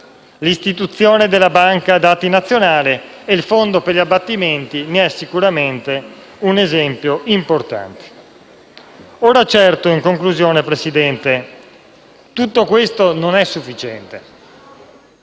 L'istituzione della banca dati nazionale e il fondo per gli abbattimenti ne sono sicuramente un esempio importante. Ora, certo, in conclusione, Presidente, tutto questo non è sufficiente.